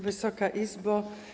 Wysoka Izbo!